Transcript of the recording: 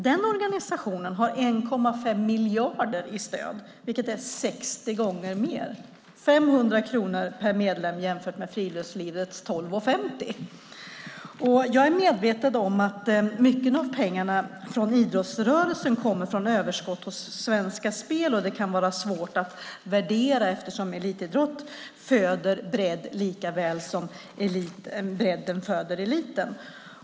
Den organisationen har 1,5 miljarder i stöd, vilket är 60 gånger mer. De har 500 kronor per medlem jämfört med friluftslivets 12:50. Jag är medveten om att mycket av pengarna i idrottsrörelsen kommer från överskott från Svenska Spel. Det kan vara svårt att värdera det hela eftersom elitidrott föder bredd lika väl som bredden föder eliten.